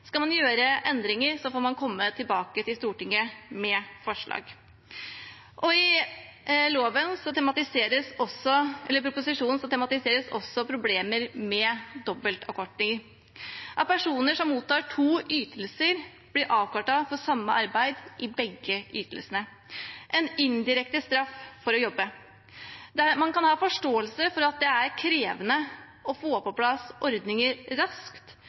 Skal man gjøre endringer, får man komme tilbake til Stortinget med forslag. I proposisjonen tematiseres også problemer med dobbeltavkortninger – at personer som mottar to ytelser, blir avkortet for samme arbeid i begge ytelsene, en indirekte straff for å jobbe. Man kan ha forståelse for at det er krevende å få på plass ordninger raskt,